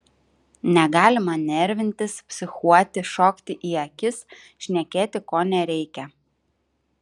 negalima nervintis psichuoti šokti į akis šnekėti ko nereikia